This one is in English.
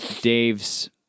Dave's